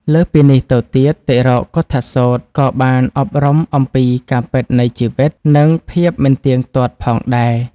លើសពីនេះទៅទៀត តិរោកុឌ្ឍសូត្រក៏បានអប់រំអំពីការពិតនៃជីវិត និងភាពមិនទៀងទាត់ផងដែរ។